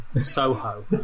Soho